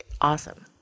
awesome